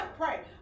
pray